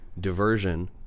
diversion